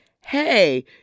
hey